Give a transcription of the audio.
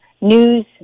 news